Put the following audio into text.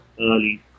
early